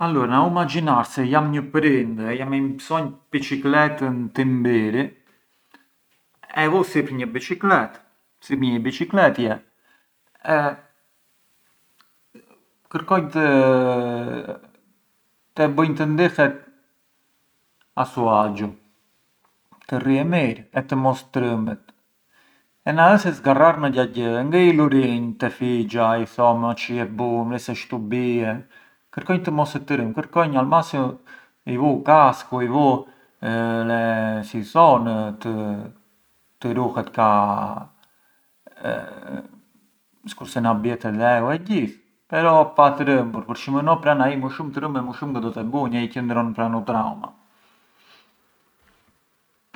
Allura na u ‘maxhinar se jam një prind e jam e i mësonj biçikletën tim biri, e vu sipër një biçiklet… sipër njëi biçikletje e kërkonj të e bunj të ndihet a suo agio, të rrie mirë e të mos trëmbet e na ë se zgarrar ndo gjagjë, ngë i lurinj te fixha e i thom “çë bun, vrej se shtu bie”, kërkonj të mos e trëmb, kërkonj au massimu të i vu u cascu, i vu le si i thonë të ruhet… të ruhet ka skurse na bie te dheu e gjithë, però pa trëmbur përçë më no ai më shumë trëmbet më shumë ngë do të e bunj e i qëndron pra’ u trauma.